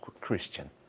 Christian